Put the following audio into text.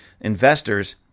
investors